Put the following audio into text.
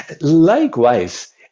likewise